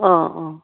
অঁ অঁ